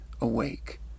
awake